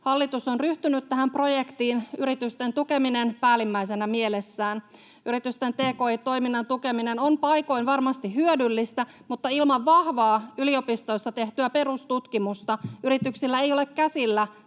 hallitus on ryhtynyt tähän projektiin yritysten tukeminen päällimmäisenä mielessään. Yritysten tki-toiminnan tukeminen on paikoin varmasti hyödyllistä, mutta ilman vahvaa yliopistoissa tehtyä perustutkimusta yrityksillä ei ole käsillä